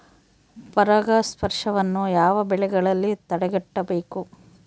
ಪರಾಗಸ್ಪರ್ಶವನ್ನು ಯಾವ ಬೆಳೆಗಳಲ್ಲಿ ತಡೆಗಟ್ಟಬೇಕು?